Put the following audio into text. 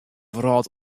wrâld